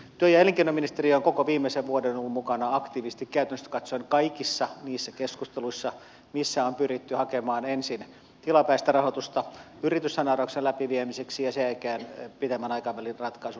työ ja elinkeinoministeriö on koko viimeisen vuoden ollut mukana aktiivisesti käytännöllisesti katsoen kaikissa niissä keskusteluissa missä on pyritty ensin hakemaan tilapäistä rahoitusta yrityssaneerauksen läpiviemiseksi ja sen jälkeen löytämään pitemmän aikavälin ratkaisua